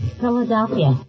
Philadelphia